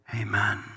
amen